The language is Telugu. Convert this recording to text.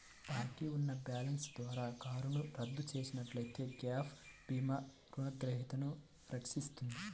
బాకీ ఉన్న బ్యాలెన్స్ ద్వారా కారును రద్దు చేసినట్లయితే గ్యాప్ భీమా రుణగ్రహీతను రక్షిస్తది